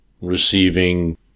receiving